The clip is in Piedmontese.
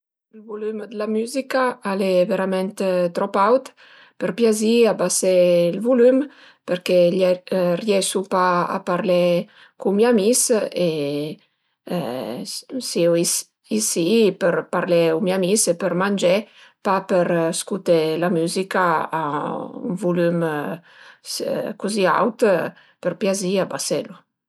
Ël volüm d'la müzica al e verament trop aut. Për piazì abasé ël volüm perché riesu pa a parlé cun mi amis e siu si për parlé u mi amis e për mangé, pa për scuté la müzica a ün volüm cozì aut, për piazì abaselu